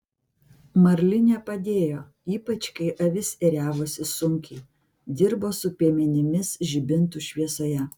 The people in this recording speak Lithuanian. marlinė padėjo ypač kai avis ėriavosi sunkiai dirbo su piemenimis žibintų šviesoje